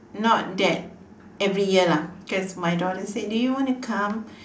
not that every year lah because my daughter said do you want to come